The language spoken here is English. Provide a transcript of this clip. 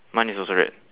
mine is also red